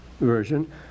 version